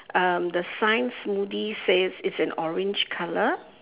um the sign smoothie says it's an orange colour